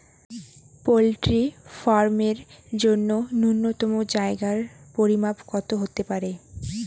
Poultry farm এর জন্য নূন্যতম জায়গার পরিমাপ কত হতে পারে?